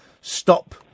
stop